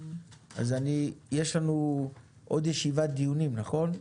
אז יש לנו עוד ישיבת דיונים, נכון?